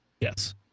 Yes